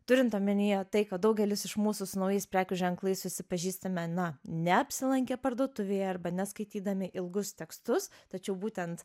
turint omenyje tai kad daugelis iš mūsų su naujais prekių ženklais susipažįstame na neapsilankę parduotuvėje arba neskaitydami ilgus tekstus tačiau būtent